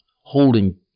holding